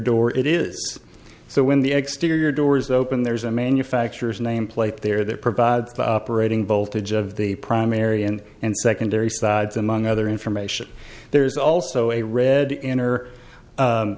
door it is so when the exterior doors open there's a manufactures name plate there that provides the operating voltage of the primary and secondary sides among other information there's also a red inner